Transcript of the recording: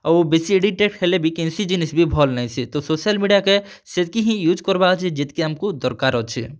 ଆଉ ବେଶୀ ଇରିଟେଟ୍ ହେଲେ ବି କେନ୍ସି ଜିନିଷ୍ ବି ଭଲ୍ ନାଇସେ ତ ସୋସିଆଲ୍ ମିଡ଼ିଆକେ ସେତ୍କି ହିଁ ୟୁଜ୍ କର୍ବାର୍ ଅଛେ ଯେତ୍କି ଆମ୍କୁ ଦର୍କାର୍ ଅଛେ